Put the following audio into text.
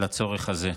לצורך הזה.